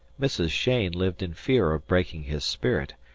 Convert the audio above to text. mrs. cheyne lived in fear of breaking his spirit,